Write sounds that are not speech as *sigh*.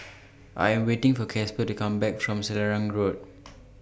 *noise* I Am waiting For Casper to Come Back from Selarang Road *noise*